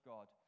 God